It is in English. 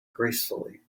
gracefully